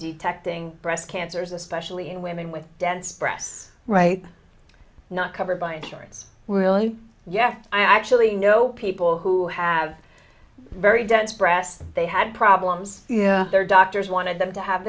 detecting breast cancers especially in women with dense breasts right not covered by insurance really yet i actually know people who have very dense breasts they had problems their doctors wanted them to have